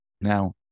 Now